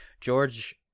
George